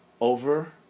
over